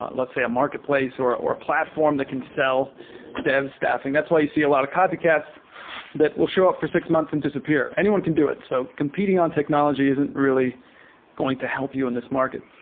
let's say, a marketplace or or a platform that can sell dev staffi ng. that's why you see a lot of copycats that will show up for six months and disappear. anyone can do it. so competing on technology isn't really going to help you in this market.